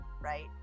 right